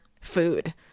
food